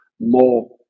more